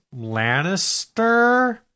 Lannister